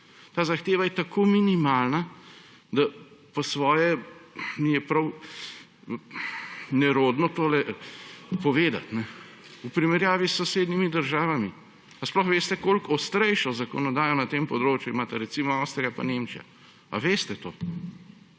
Ta zahteva je tako minimalna, da po svoje mi je prav nerodno tole povedati. V primerjavi s sosednjimi državami, a sploh veste, koliko ostrejšo zakonodajo na tem področju imata, recimo, Avstrija in Nemčija. A veste to?